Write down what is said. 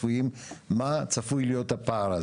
מה צפוי להיות הפער.